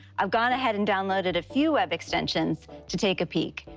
i've gone ahead and downloaded a few web extensions to take a peek.